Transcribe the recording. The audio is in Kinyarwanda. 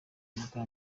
ubwa